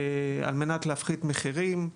על מנת להפחית מחירים.